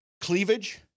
cleavage